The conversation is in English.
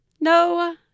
no